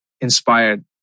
inspired